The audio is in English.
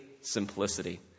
simplicity